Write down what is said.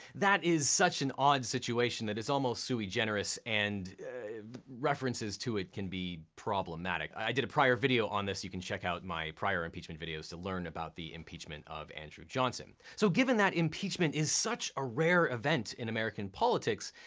that but is such an odd situation that it's almost sui generis and references to it can be problematic. i did a prior video on this. you can check out my prior impeachment videos to learn about the impeachment of andrew johnson. so given that impeachment is such a rare event in american politics,